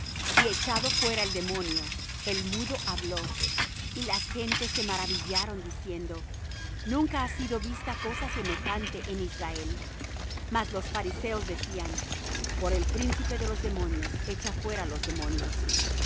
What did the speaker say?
y echado fuera el demonio el mudo habló y las gentes se maravillaron diciendo nunca ha sido vista cosa semejante en israel mas los fariseos decían por el príncipe de los demonios echa fuera los demonios